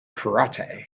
karate